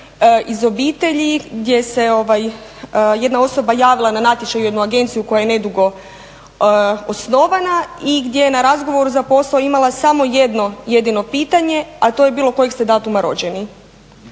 iz obitelji gdje se jedna osoba javila na natječaj u jednu agenciju koja je nedugo osnovana i gdje na razgovoru za posao imala samo jedno jedino pitanje a to je bilo kojeg ste datuma rođeni.